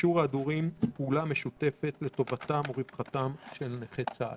יישור ההדורים ופעולה משותפת לטובתם ורווחתם של נכי צה"ל.